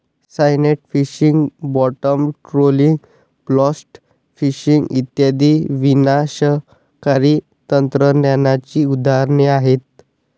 cyanide fishing, bottom trawling, blast fishing इत्यादी विनाशकारी तंत्रज्ञानाची उदाहरणे आहेत